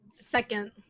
Second